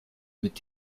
mit